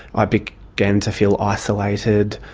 i began began to feel isolated,